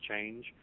change